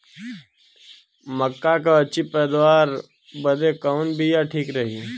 मक्का क अच्छी पैदावार बदे कवन बिया ठीक रही?